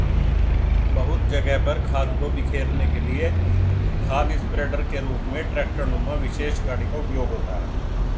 बहुत जगह पर खाद को बिखेरने के लिए खाद स्प्रेडर के रूप में ट्रेक्टर नुमा विशेष गाड़ी का उपयोग होता है